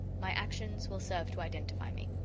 my actions will serve to identify me.